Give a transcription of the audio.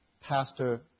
pastor